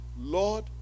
Lord